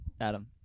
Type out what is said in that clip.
Adam